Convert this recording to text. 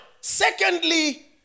secondly